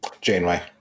Janeway